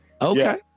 Okay